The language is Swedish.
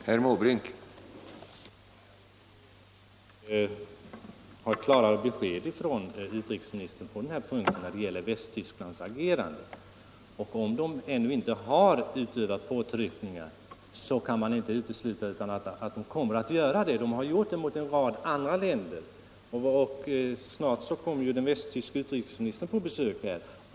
Herr talman! Jag vill ha ett klarare besked från utrikesministern när det gäller Västtysklands agerande på den här punkten. Om västtyskarna ännu inte har utövat påtryckningar, så kan man inte utesluta att de kommer att göra det; de har gjort det mot en rad andra länder. Snart kommer ju den västtyske utrikesministern på besök här.